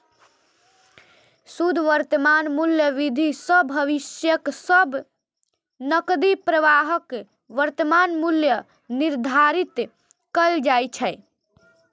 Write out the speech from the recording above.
शुद्ध वर्तमान मूल्य विधि सं भविष्यक सब नकदी प्रवाहक वर्तमान मूल्य निर्धारित कैल जाइ छै